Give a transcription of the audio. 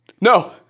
No